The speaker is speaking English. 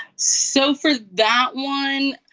so for that one,